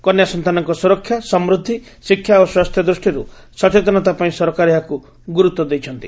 କନ୍ୟା ସନ୍ତାନଙ୍କ ସୁରକ୍ଷା ସମୃଦ୍ଧି ଶିକ୍ଷା ଓ ସ୍ୱାସ୍ଥ୍ୟ ଦୂଷ୍କିରୁ ସଚେତନତା ପାଇଁ ସରକାର ଏହାକୁ ଗୁରୁତ୍ୱ ଦେଇଛନ୍ତି